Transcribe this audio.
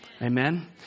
Amen